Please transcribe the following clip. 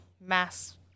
mass